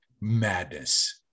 madness